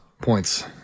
Points